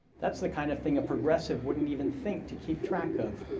that's the kind of thing a progressive wouldn't even think to keep track of.